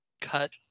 cut